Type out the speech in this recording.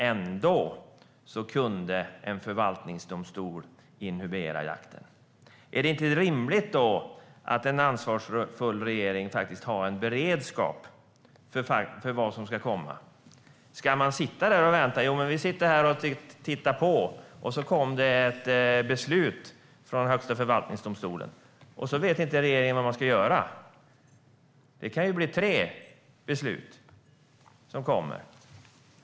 Ändå kunde en förvaltningsdomstol inhibera jakten. Är det inte rimligt att en ansvarsfull regering faktiskt har en beredskap för vad som ska komma? Ska vi sitta här och titta på, och sedan kommer det ett beslut från Högsta förvaltningsdomstolen men regeringen vet inte vad som ska göras? Det kan bli tre beslut.